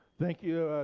thank you.